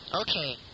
okay